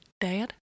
Dad